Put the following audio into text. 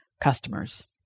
customers